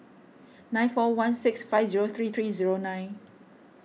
nine four one six five zero three three zero nine